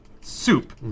soup